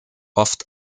oft